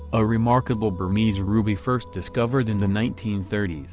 a remarkable burmese ruby first discovered in the nineteen thirty s.